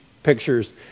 pictures